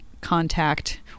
contact